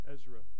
Ezra